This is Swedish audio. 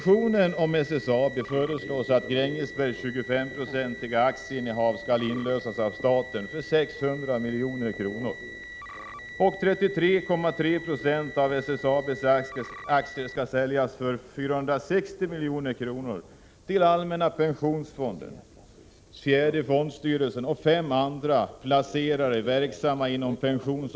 till att SSAB skall drivas uteslutande från strikt affärsmässiga principer, med börsintroduktion som följd. Vpk har i motioner och reservationer krävt att dessa förslag skall avvisas.